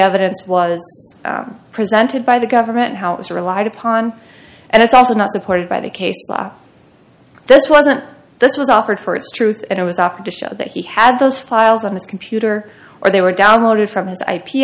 evidence was presented by the government how it was relied upon and it's also not supported by the case this wasn't this was offered for its truth and it was offered to show that he had those files on this computer or they were downloaded from his i